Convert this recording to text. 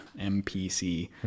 MPC